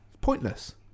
Pointless